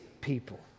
people